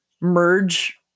merge